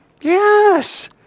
Yes